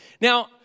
Now